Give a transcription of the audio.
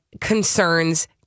concerns